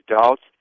adults